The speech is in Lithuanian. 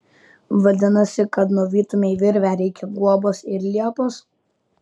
vadinasi kad nuvytumei virvę reikia guobos ir liepos